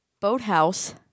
boathouse